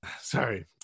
Sorry